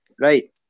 Right